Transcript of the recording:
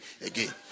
again